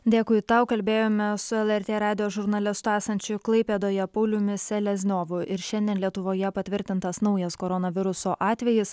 dėkui tau kalbėjome su lrt radijo žurnalistu esančiu klaipėdoje pauliumi selezniovu ir šiandien lietuvoje patvirtintas naujas koronaviruso atvejis